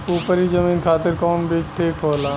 उपरी जमीन खातिर कौन बीज ठीक होला?